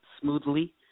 smoothly